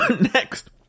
next